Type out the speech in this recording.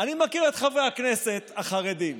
אני מכיר את חברי הכנסת החרדים.